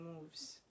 moves